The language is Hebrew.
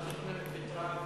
מה זאת אומרת ויתרה?